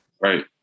Right